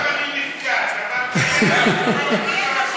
אומנם אני נפקד, אבל אני נוכח.